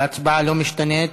ההצבעה לא משתנה.